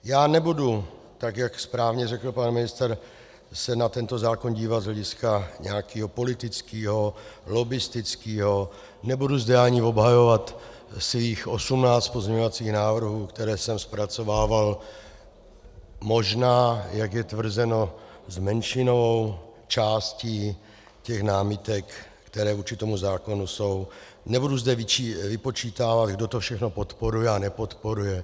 Já se nebudu, tak jak správně řekl pan ministr, na tento zákon dívat z hlediska nějakého politického, lobbistického, nebudu zde ani obhajovat svých 18 pozměňovacích návrhů, které jsem zpracovával možná, jak je tvrzeno, s menšinou, částí těch námitek, které vůči tomu zákonu jsou, nebudu zde vypočítávat, kdo to všechno podporuje a nepodporuje.